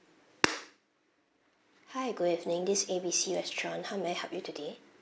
hi good evening this is A B C restaurant how may I help you today